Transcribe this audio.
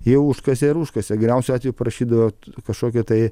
jie užkasė ir užkasė geriausiu atveju parašydavo kažkokį tai